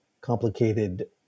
complicated